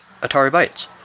AtariBytes